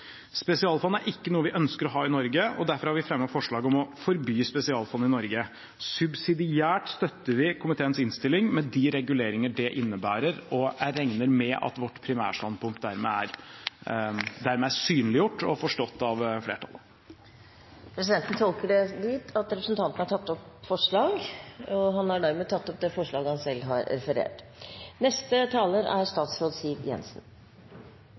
Spesialfond er ikke noe vi ønsker å ha i Norge. Derfor har vi fremmet forslag om å forby spesialfond i Norge. Subsidiært støtter vi komiteens innstilling, med de reguleringer det innebærer. Jeg regner med at vårt primærstandpunkt dermed er synliggjort og forstått av flertallet. Presidenten tolker representanten Serigstad Valen dit hen at han har tatt opp de forslag han refererte til. Dette lovforslaget innebærer at en rekke aktører som til nå har